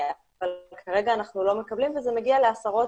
אבל כרגע אנחנו מקבלים וזה מגיע לעשרות